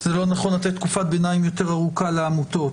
שזה לא נכון לתת תקופת ביניים יותר ארוכה לעמותות.